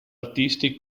artisti